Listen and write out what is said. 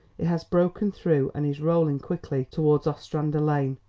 it has broken through, and is rolling quickly towards ostrander lane.